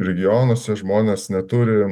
regionuose žmonės neturi